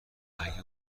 اگه